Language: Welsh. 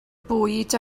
bwyd